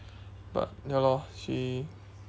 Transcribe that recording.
but ya lor she